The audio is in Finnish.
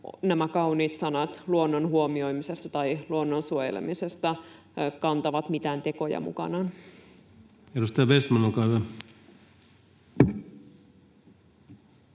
nämä kauniit sanat luonnon huomioimisesta tai luonnon suojelemisesta kantavat mitään tekoja mukanaan. [Speech 379] Speaker: